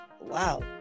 wow